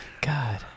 God